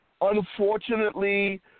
unfortunately